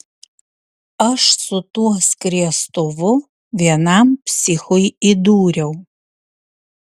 aš su tuo skriestuvu vienam psichui įdūriau